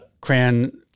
Cran